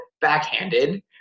backhanded